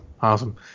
Awesome